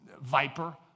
viper